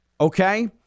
okay